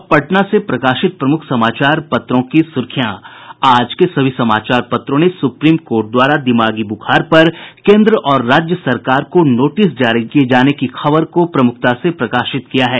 अब पटना से प्रकाशित प्रमुख समाचार पत्रों की सुर्खियां आज के सभी समाचार पत्रों ने सुप्रीम कोर्ट द्वारा दिमागी बुखार पर केन्द्र और राज्य सरकार को नोटिस जारी किये जाने की खबर को प्रमुखता से प्रकाशित किया है